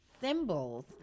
symbols